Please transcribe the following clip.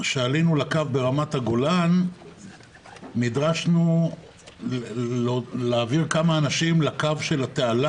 כשעלינו לקרב ברמת הגולן נדרשנו להעביר כמה אנשים לקו של התעלה